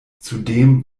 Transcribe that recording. zudem